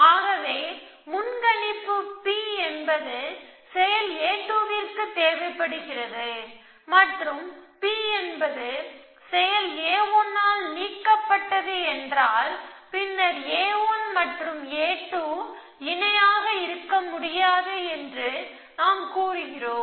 ஆகவே முன்கணிப்பு P என்பது செயல் a2 விற்கு தேவைப்படுகிறது மற்றும் P என்பது செயல் a1 ஆல் நீக்கப்பட்டது என்றால் பின்னர் a1 மற்றும் a2 இணையாக இருக்க முடியாது என்று கூறுகிறோம்